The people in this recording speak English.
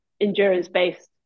endurance-based